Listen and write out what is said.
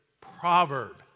proverb